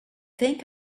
think